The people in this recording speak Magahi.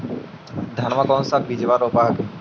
धनमा कौन सा बिजबा रोप हखिन?